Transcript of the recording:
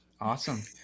Awesome